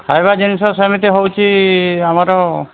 ଖାଇବା ଜିନିଷ ସେମିତି ହେଉଛି ଆମର